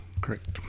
Correct